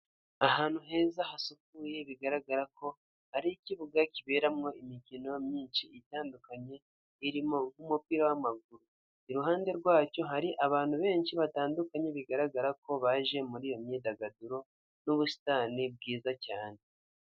Ahantu heza hasukuye bigaragara ko hari ikibuga kiberamo imikino myinshi itandukanye irimo nk'umupira w'amaguru, iruhande rwacyo hari abantu benshi batandukanye bigaragara ko baje muri iyo myidagaduro n'ubusitani bwiza cyane.